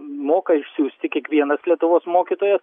moka išsiųsti kiekvienas lietuvos mokytojas